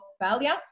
failure